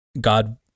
God